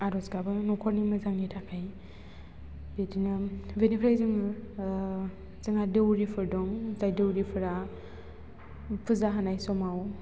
आर'ज गाबो न'खरनि मोजांनि थाखाय बिदिनो बिनिफ्राय जोङो जोंहा दौरिफोर दं जाय दौरिफोरा फुजा होनाय समाव